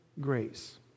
grace